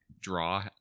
draw